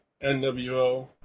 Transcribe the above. NWO